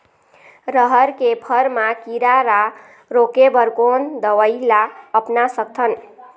रहर के फर मा किरा रा रोके बर कोन दवई ला अपना सकथन?